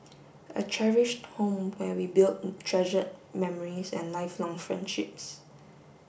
a cherished home where we build treasured memories and lifelong friendships